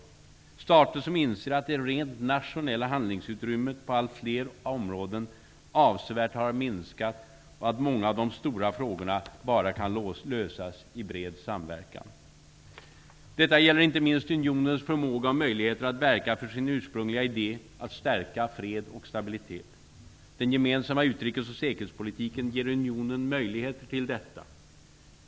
Det är stater som inser att det rent nationella handlingsutrymmet på allt fler områden avsevärt har minskat och att många av de stora frågorna bara kan lösas i bred samverkan. Detta gäller inte minst unionens förmåga och möjligheter att verka för sin ursprungliga idé, att stärka fred och stabilitet. Den gemensamma utrikes och säkerhetspolitiken ger unionen möjlighet till detta.